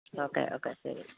okay okay ശരി